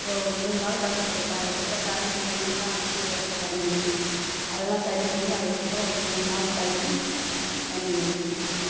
அப்புறம் ஒரு மூணு நாள் கஷ்டப்பட்டோம் அதுக்கு அப்புறம் கரண்டு மெயினெல்லாம் அறுந்து ரோட்டில் கிடந்துச்சி அதெல்லாம் சரி பண்ணி அதுக்கு அப்புறம் ஒரு மூணு நாள் கழிச்சி தண்ணி வந்துச்சு